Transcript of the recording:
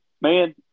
Man